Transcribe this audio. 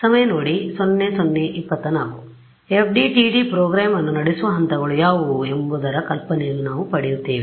ಆದ್ದರಿಂದ FDTD program ಅನ್ನು ನಡೆಸುವ ಹಂತಗಳು ಯಾವುವು ಎಂಬದರ ಕಲ್ಪನೆಯನ್ನು ನಾವು ಪಡೆಯುತ್ತೇವೆ